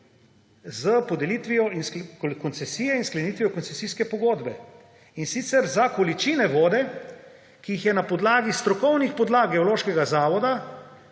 s podelitvijo koncesije in sklenitvijo koncesijske pogodbe, in sicer za količine vode, ki so jih na podlagi strokovnih podlag Geološkega zavoda